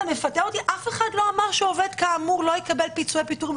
אף אחד לא אמר שעובד כאמור לא יקבל פיצויי פיטורים.